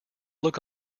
look